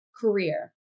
career